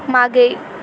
मागे